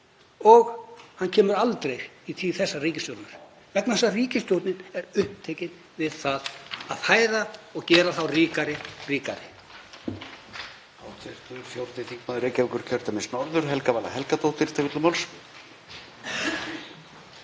og hann kemur aldrei í tíð þessarar ríkisstjórnar vegna þess að ríkisstjórnin er upptekin við að fæða og gera þá ríku ríkari.